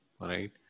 Right